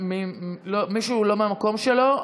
למי שהוא לא מהמקום שלו,